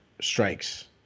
strikes